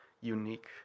unique